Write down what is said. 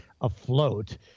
afloat